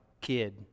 kid